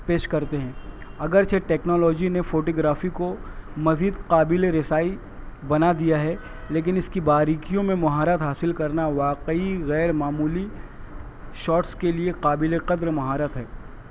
پیش کرتے ہیں اگرچہ ٹیکنالوجی نے فوٹوگرافی کو مزید قابل رسائی بنا دیا ہے لیکن اس کی باریکیوں میں مہارت حاصل کرنا واقعی غیر معمولی شاٹس کے لیے قابل قدر مہارت ہے